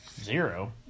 Zero